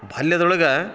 ಬಾಲ್ಯದೊಳಗ